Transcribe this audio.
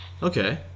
Okay